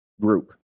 group